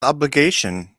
obligation